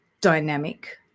dynamic